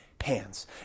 hands